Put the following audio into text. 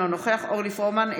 אינו נוכח אורלי פרומן,